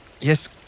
Yes